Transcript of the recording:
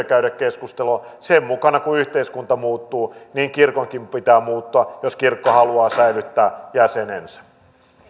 käydä keskustelua sen mukaan kuin yhteiskunta muuttuu kirkonkin pitää muuttua jos kirkko haluaa säilyttää jäsenensä vielä